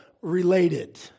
related